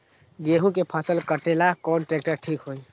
गेहूं के फसल कटेला कौन ट्रैक्टर ठीक होई?